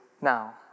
now